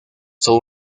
son